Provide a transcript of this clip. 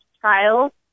trial